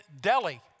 Delhi